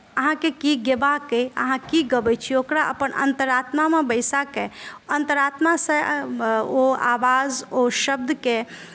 अहाँकेँ की गयबाक अइ अहाँ की गबैत छी ओकरा अपन अन्तर्रात्मामे बैसा कऽ अन्तरात्मासँ ओ आवाज ओ शब्दकेँ